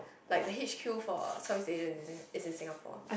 like the H_Q for Southeast Asia is in is in Singapore